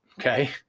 okay